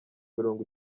mirongo